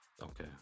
Okay